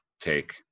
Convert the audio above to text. take